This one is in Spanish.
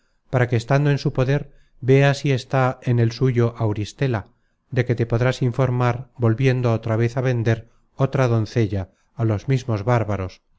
para que estando en su poder vea si está en el suyo auristela de que te podrás informar volviendo otra vez á vender otra doncella á los mismos bárbaros